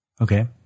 Okay